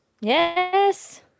Yes